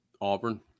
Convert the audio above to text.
Auburn